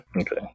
Okay